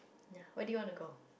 ya where did you want to go